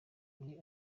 muri